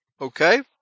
okay